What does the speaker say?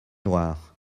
noires